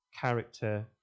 character